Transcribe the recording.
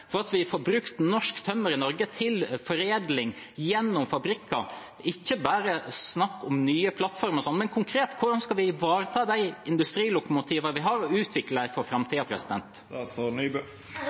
at vi får brukt norsk tømmer i Norge til foredling gjennom fabrikker, og ikke bare snakk om nye plattformer? Helt konkret, hvordan skal vi ivareta de industrilokomotivene vi har, og utvikle dem for